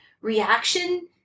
reaction